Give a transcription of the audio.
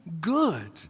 good